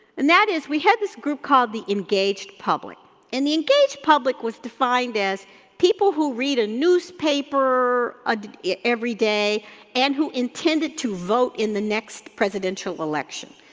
and that is, we had this group called the engaged public and the engaged public was defined as people who read a newspaper ah every day and who intended to vote in the next presidential election.